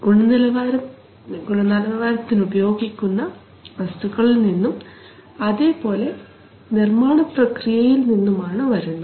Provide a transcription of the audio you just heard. അത് ഗുണനിലവാരം അതിനുപയോഗിക്കുന്ന വസ്തുക്കളിൽ നിന്നും അതേപോലെ നിർമ്മാണ പ്രക്രിയയിൽ നിന്നുമാണ് വരുന്നത്